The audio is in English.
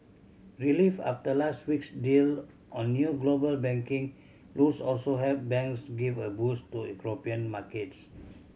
relief after last week's deal on new global banking rules also helped banks give a boost to European markets